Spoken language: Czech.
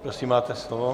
Prosím, máte slovo.